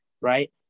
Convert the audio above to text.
Right